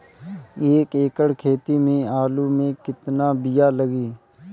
एक एकड़ खेती में आलू के कितनी विया लागी?